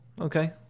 Okay